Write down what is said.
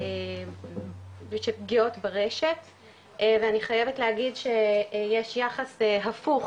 של פגיעות ברשת ואני חייבת להגיד יש יחס הפוך